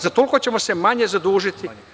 Za toliko ćemo se manje zadužiti.